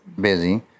busy